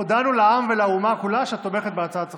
הודענו לעם ולאומה כולה שאת תומכת בהצעת החוק.